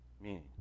meaning